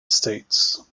states